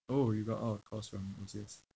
orh you got out of course from O_C_S